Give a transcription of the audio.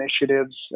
initiatives